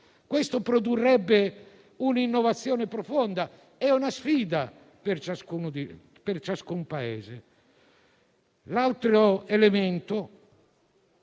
Questo produrrebbe un'innovazione profonda e una sfida per ciascun Paese. L'altro elemento